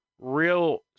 real